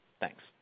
Thanks